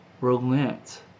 relent